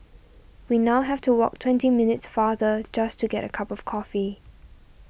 we now have to walk twenty minutes farther just to get a cup of coffee